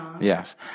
Yes